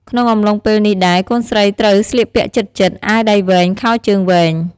ក្នុងអំឡុងពេលនេះដែរ កូនស្រីត្រូវស្លៀកពាក់ជិតៗ អាវដៃវែង ខោជើងវែង។